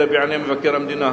אלא בעיני מבקר המדינה,